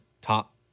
top